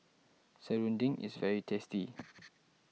Serunding is very tasty